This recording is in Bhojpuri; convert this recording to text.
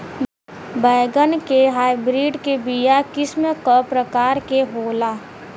बैगन के हाइब्रिड के बीया किस्म क प्रकार के होला?